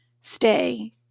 stay